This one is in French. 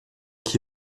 qui